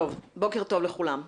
בוקר טוב לכולם.